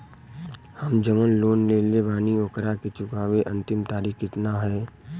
हम जवन लोन लेले बानी ओकरा के चुकावे अंतिम तारीख कितना हैं?